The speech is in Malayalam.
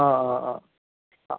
ആ ആ ആ ആ